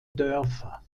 dörfer